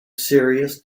serious